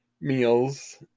meals